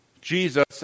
Jesus